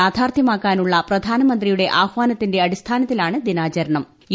യാഥാർത്ഥ്യമാക്കാനുള്ള പ്രധാനിമൃത്തിയുടെ ആഹ്വാനത്തിന്റെ അടിസ്ഥാനത്തിലാണ് ദിനാചരണ്ടം